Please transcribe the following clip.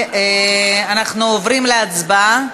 רביעי, כ"ג בשבט התשע"ו,